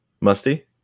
Musty